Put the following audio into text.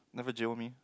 never jio me